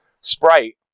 Sprite